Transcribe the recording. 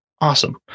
Awesome